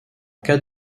cas